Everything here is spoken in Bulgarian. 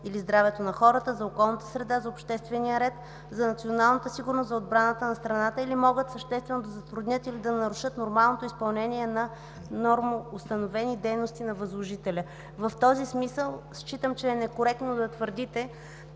или здравето на хората, за околната среда, за обществения ред, за националната сигурност, за отбраната на страната или могат съществено да затруднят или да нарушат нормалното изпълнение на нормоустановени дейности на възложителя.” В този смисъл считам, че е некоректно да твърдите,